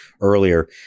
earlier